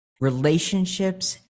relationships